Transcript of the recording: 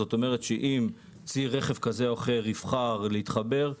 זאת אומרת שאם צי רכב יבחר להתחבר,